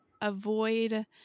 avoid